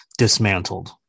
dismantled